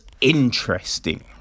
interesting